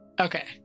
Okay